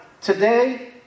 today